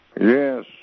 Yes